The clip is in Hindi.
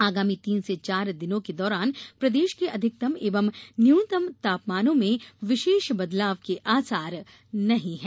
आगामी तीन से चार दिनों के दौरान प्रदेश के अधिकतम एवं न्यूनतम तापमानों में विशष बदलाव के आसार नहीं है